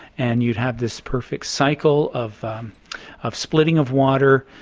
and you'd have this perfect cycle of um of splitting of water,